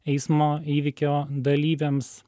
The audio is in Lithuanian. eismo įvykio dalyviams